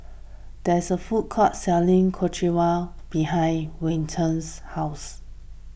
there is a food court selling Ochazuke behind Wenzel's house